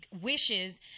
wishes